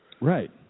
Right